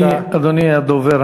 אדוני הדובר,